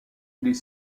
est